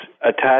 attached